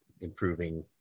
improving